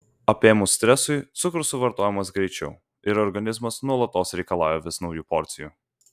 apėmus stresui cukrus suvartojamas greičiau ir organizmas nuolatos reikalauja vis naujų porcijų